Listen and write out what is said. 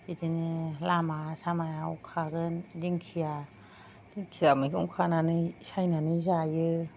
बिदिनो लामा सामायाव खागोन दिंखिया दिंखिया मैगं खानानै सायनानै जायो